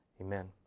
Amen